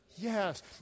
Yes